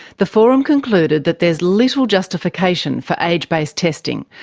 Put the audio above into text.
the forum concluded that there's little justification for age-based testing,